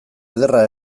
ederra